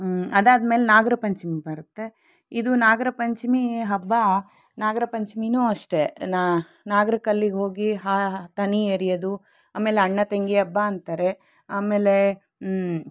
ಅದಾದ್ಮೇಲೆ ನಾಗರ ಪಂಚಮಿ ಬರುತ್ತೆ ಇದು ನಾಗರ ಪಂಚಮಿ ಹಬ್ಬ ನಾಗರ ಪಂಚಮಿಯೂ ಅಷ್ಟೇ ನಾಗರ ಕಲ್ಲಿಗೆ ಹೋಗಿ ಹಾ ತನಿ ಎರಿಯೋದು ಆಮೇಲೆ ಅಣ್ಣ ತಂಗಿ ಹಬ್ಬ ಅಂತಾರೆ ಆಮೇಲೆ